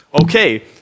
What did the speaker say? Okay